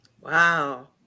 Wow